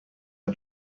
are